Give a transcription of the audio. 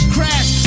Crash